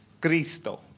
Cristo